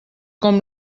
com